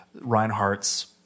Reinhardt's